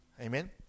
amen